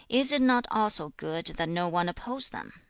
is it not also good that no one oppose them?